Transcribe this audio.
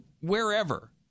wherever